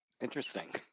interesting